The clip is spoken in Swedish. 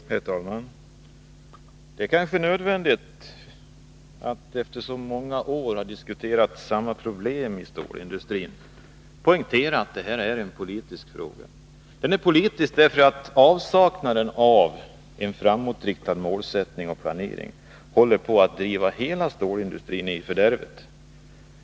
Herr talman! Det är kanske nödvändigt att man, efter det att vi i så många år har diskuterat samma problem inom stålindustrin, poängterar att detta är en politisk fråga. Den är politisk, eftersom avsaknaden av en framåtriktad målsättning och planering håller på att driva hela stålindustrin i fördärvet.